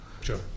Sure